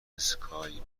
اسکایپ